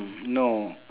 no